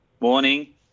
Morning